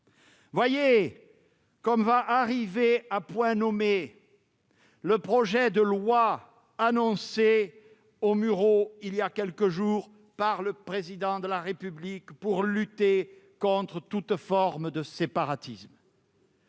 Voyez comme va arriver à point nommé le projet de loi annoncé aux Mureaux voilà quelques jours par le Président de la République pour lutter contre toute forme de séparatisme